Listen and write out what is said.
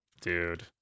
Dude